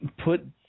put